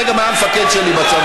הוא במקרה גם היה המפקד שלי בצבא.